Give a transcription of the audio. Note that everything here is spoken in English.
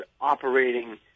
operating